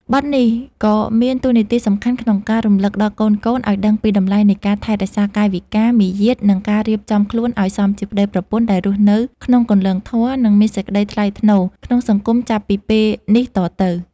បទនេះក៏មានតួនាទីសំខាន់ក្នុងការរំលឹកដល់កូនៗឱ្យដឹងពីតម្លៃនៃការថែរក្សាកាយវិការ មារយាទ និងការរៀបចំខ្លួនឱ្យសមជាប្តីប្រពន្ធដែលរស់នៅក្នុងគន្លងធម៌ និងមានសេចក្តីថ្លៃថ្នូរក្នុងសង្គមចាប់ពីពេលនេះតទៅ។